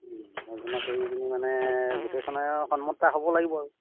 আলোচনা কৰি পিনি মানে গোটেইখনে আৰু সন্মত এটা হ'ব লাগিব আৰু